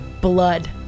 Blood